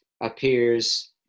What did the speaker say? appears